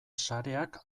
sareak